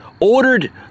ordered